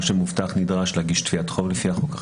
לפי החוק החדש נושה מובטח נדרש להגיש תביעת חוב.